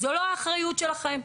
זוהי לא האחריות שלכם.